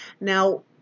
Now